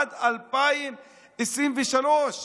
עד 2023,